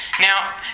Now